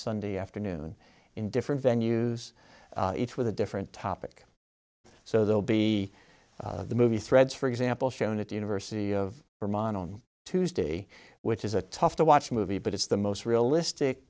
sunday afternoon in different venues each with a different topic so they'll be the movie threads for example shown at the university of vermont on tuesday which is a tough to watch movie but it's the most realistic